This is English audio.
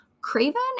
Craven